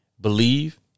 believe